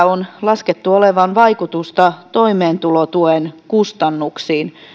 on laskettu olevan vaikutusta toimeentulotuen kustannuksiin